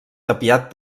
tapiat